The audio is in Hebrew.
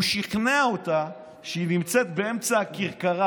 הוא שכנע אותה שהיא נמצאת באמצע הכרכרה,